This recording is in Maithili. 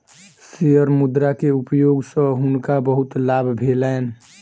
शेयर मुद्रा के उपयोग सॅ हुनका बहुत लाभ भेलैन